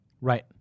Right